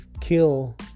kill